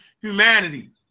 humanity